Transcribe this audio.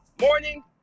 Morning